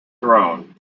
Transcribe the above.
throne